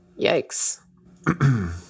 Yikes